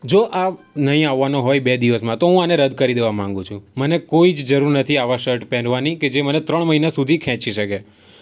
જો આ નહીં આવવાનો હોય બે દિવસમાં તો હું આને રદ કરી દેવા માંગું છું મને કોઈ જ જરૂર નથી આવા શર્ટ પેરવાની કે જે મને ત્રણ મહિના સુધી ખેંચી શકે